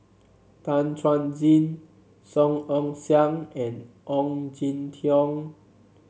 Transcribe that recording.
Tan Chuan Jin Song Ong Siang and Ong Jin Teong